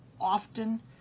often